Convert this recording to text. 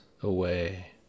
away